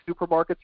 supermarkets